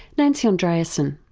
nancy andreasen.